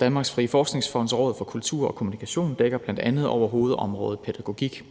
Danmarks Frie Forskningsfond og Forskningsrådet for Kultur og Kommunikation dækker bl.a. over hovedområdet pædagogik.